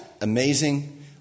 amazing